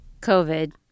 COVID